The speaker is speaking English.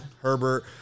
Herbert